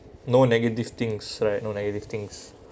no negative things right no negative things